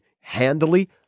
handily